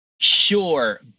Sure